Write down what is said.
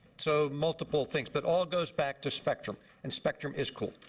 so multiple things, but all goes back to spectrum, and spectrum is cool.